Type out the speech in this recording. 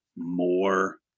more